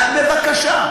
אז בבקשה.